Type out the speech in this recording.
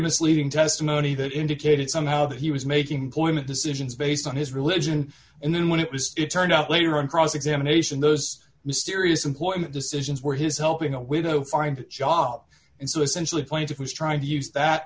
misleading testimony that indicated somehow that he was making point decisions based on his religion and then when it was turned out later in cross examination those mysterious employment decisions were his helping a widow find a job and so essentially plaintiff was trying to use that